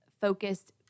focused